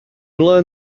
learn